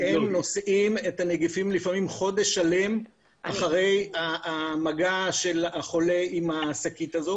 הן נושאות את הנגיפים לפעמים חודש שלם אחרי המגע של החולה עם השקית הזו.